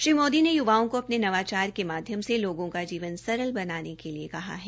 श्री मोदी ने युवाओं को अपने नवाचार के माध्यम से लोगों का जीवन सरल बनाने के लिए कहा है